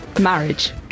Marriage